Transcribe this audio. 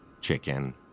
chicken